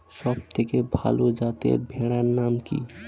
সবথেকে ভালো যাতে ভেড়ার নাম কি?